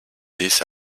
this